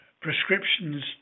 prescriptions